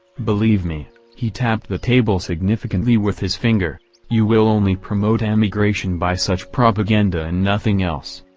believe me he tapped the table significantly with his finger you will only promote emigration by such propaganda and nothing else!